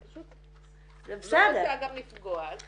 פשוט אני לא רוצה גם לפגוע אז